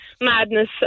madness